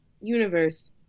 universe